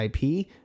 ip